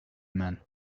man